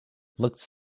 looks